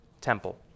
temple